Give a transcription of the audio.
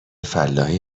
فلاحی